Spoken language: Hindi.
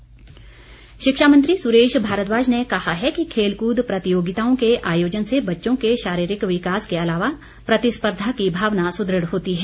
सुरेश भारद्वाज शिक्षा मंत्री सुरेश भारद्वाज ने कहा है कि खेलकूद प्रतियोगिताओं के आयोजन से बच्चों के शारीरिक विकास के अलावा प्रतिस्पर्धा की भावना सुदृढ़ होती है